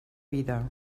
vida